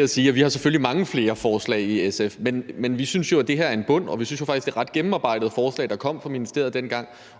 at sige, at vi selvfølgelig har mange flere forslag i SF, men vi synes, at det her er en bund, og vi synes jo faktisk, det er et ret gennemarbejdet forslag, der kom fra ministeriet dengang,